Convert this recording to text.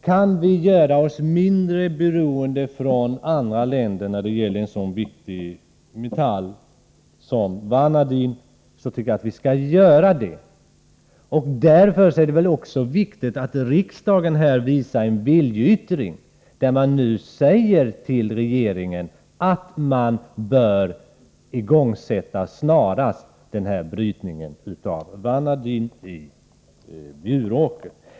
Kan vi göra oss mindre beroende av andra länder när det gäller en så viktig metall, tycker jag att vi skall göra detta. Därför anser jag att det är viktigt med en riksdagens viljeyttring, som går ut på att regeringen ges till känna att man snarast bör igångsätta brytning av vanadin i Bjuråker.